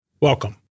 Welcome